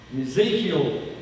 Ezekiel